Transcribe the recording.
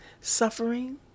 suffering